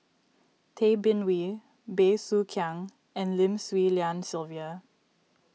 Tay Bin Wee Bey Soo Khiang and Lim Swee Lian Sylvia